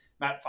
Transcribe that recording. Matt